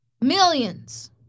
Millions